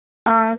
हां